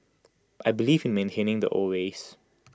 I believe in maintaining the old ways